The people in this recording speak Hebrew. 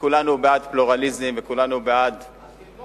וכולנו בעד פלורליזם וכולנו בעד, אז תתמוך